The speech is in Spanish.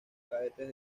cadetes